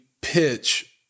pitch